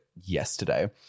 yesterday